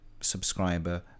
subscriber